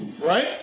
right